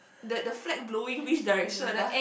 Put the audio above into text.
the the flag blowing which direction ah